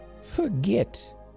Forget